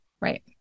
right